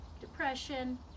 depression